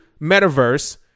metaverse